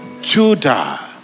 Judah